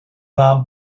vám